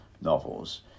novels